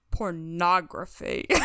Pornography